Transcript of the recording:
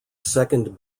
second